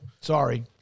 sorry